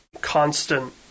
constant